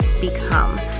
become